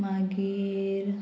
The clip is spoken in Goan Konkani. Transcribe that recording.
मागीर